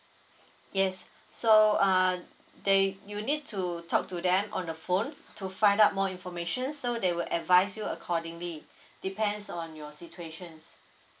yes so uh they you need to talk to them on the phone to find out more information so they will advise you accordingly depends on your situation